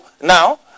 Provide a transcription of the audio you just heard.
now